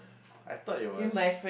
I thought it was